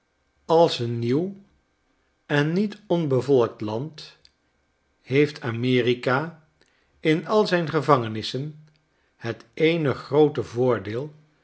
als een nieuw en niet onbevolkt land heeft amerika in al zijn gevangenissen het eene groote voordeel